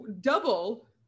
double